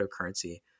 cryptocurrency